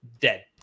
Dead